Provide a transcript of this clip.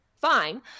fine